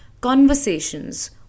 conversations